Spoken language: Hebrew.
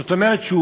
זאת אומרת,